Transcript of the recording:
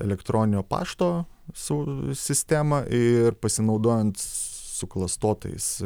elektroninio pašto su sistemą ir pasinaudojant suklastotais